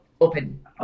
open